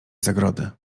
zagrody